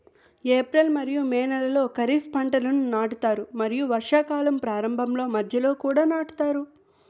April మరియు May నెలలో ఖరీఫ్ పంటలను నాటుతారు మరియు వర్షాకాలం ప్రారంభంలో మధ్యలో కూడా నాటుతారు